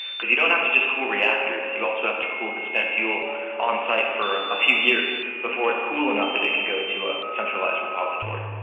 because you don't have to just cool the reactors, you also have to cool the spent fuel on site for a few years before its cool enough that it can go to a centralised repository.